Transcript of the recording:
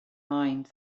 mind